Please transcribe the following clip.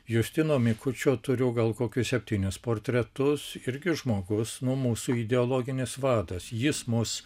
justino mikučio turiu gal kokius septynis portretus irgi žmogus nu mūsų ideologinis vadas jis mus